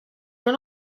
run